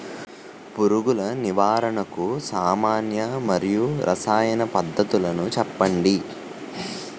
పురుగుల నివారణకు సామాన్య మరియు రసాయన పద్దతులను చెప్పండి?